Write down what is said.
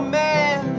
man